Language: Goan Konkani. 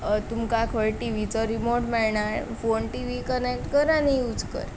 तुमकां खंय टिवीचो रिमोट मेळना फोन टि वी कनेक्ट कर आनी यूज कर